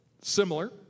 similar